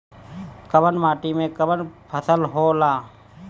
कवन माटी में कवन फसल हो ला?